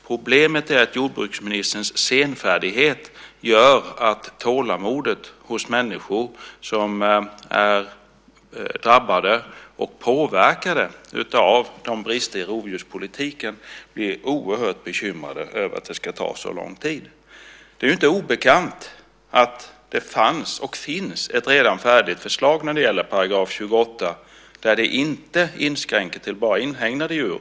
Problemet är att jordbruksministerns senfärdighet gör att människor som drabbas och påverkas av bristerna i djurpolitiken blir oerhört bekymrade över att det ska ta så lång tid. Det är inte obekant att det fanns och finns ett redan färdigt förslag när det gäller § 28 som inte är inskränkt till att gälla bara inhägnade djur.